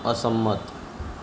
અસંમત